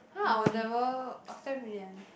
no I'll never of time brilliant